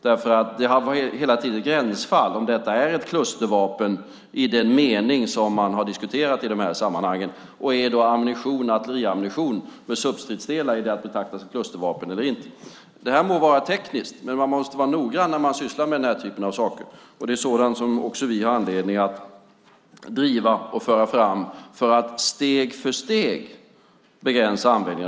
Det har hela tiden varit ett gränsfall, alltså om det är ett klustervapen i den mening som man har diskuterat i de här sammanhangen. Dessutom blir frågan om artilleriammunition med substridsdelar också är att betrakta som klustervapen eller inte. Detta må vara tekniskt, men man måste vara noggrann när man sysslar med den här typen av frågor. Det är sådana frågor som vi har anledning att driva och föra fram för att steg för steg begränsa användningen.